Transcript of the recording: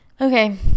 Okay